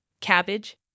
cabbage